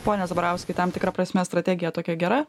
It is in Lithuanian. pone zabarauskai tam tikra prasme strategija tokia gera